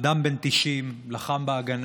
אדם בן 90, לחם בהגנה,